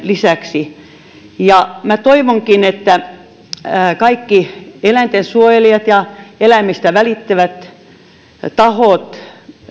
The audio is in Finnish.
lisäksi minä toivonkin että kaikki eläintensuojelijat ja eläimistä välittävät tahot